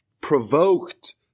provoked